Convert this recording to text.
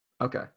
Okay